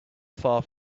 far